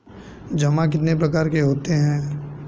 जमा कितने प्रकार के होते हैं?